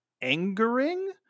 Angering